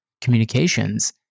communications